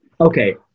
Okay